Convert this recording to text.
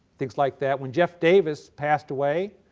things like that. when jefferson davis passed away,